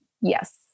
Yes